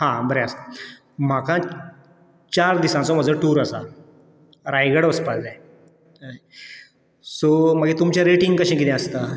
आं बरें आसा म्हाका चार दिसाचो म्हजो टूर आसा रायगड वचपाक जाय हय सो मागीर तुमचें रेटींग कशें कितें आसता